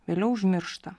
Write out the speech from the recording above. vėliau užmiršta